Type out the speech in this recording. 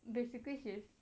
basically she's